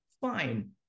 fine